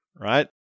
right